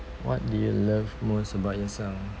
what you love most about yourself